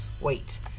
wait